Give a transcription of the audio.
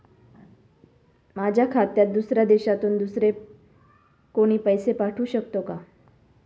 माझ्या खात्यात दुसऱ्या देशातून दुसरे कोणी पैसे पाठवू शकतो का?